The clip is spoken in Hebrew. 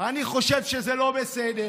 אני חושב שזה לא בסדר,